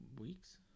weeks